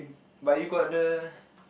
but you got the